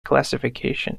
classification